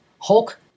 Hulk